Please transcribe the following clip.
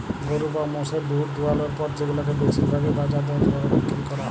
গরু বা মোষের দুহুদ দুয়ালর পর সেগুলাকে বেশির ভাগই বাজার দরে বিক্কিরি ক্যরা হ্যয়